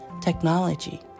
technology